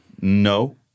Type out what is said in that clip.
No